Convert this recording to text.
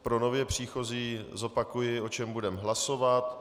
Pro nově příchozí zopakuji, o čem budeme hlasovat.